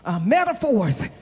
metaphors